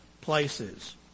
places